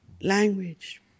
language